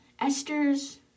Esther's